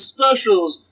Specials